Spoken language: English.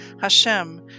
Hashem